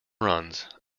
runs